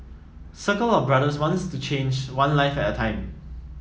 Circle of Brothers wants to change one life at a time